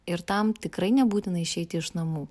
ir tam tikrai nebūtina išeiti iš namų